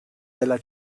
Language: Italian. della